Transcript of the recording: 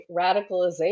radicalization